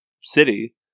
city